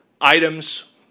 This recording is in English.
items